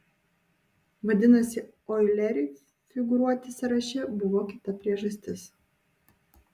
vadinasi oileriui figūruoti sąraše buvo kita priežastis